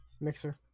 mixer